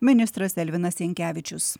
ministras elvinas jankevičius